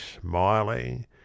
smiling